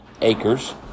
acres